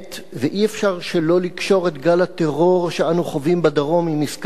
ואי-אפשר שלא לקשור את גל הטרור שאנחנו חווים בדרום עם עסקת שליט.